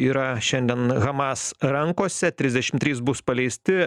yra šiandien hamas rankose trisdešim trys bus paleisti